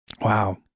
Wow